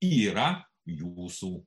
yra jūsų